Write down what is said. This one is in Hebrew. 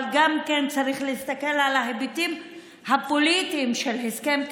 אבל צריך להסתכל גם על ההיבטים הפוליטיים של הסכם כזה,